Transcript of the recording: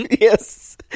Yes